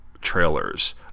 trailers